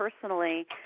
personally